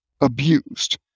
abused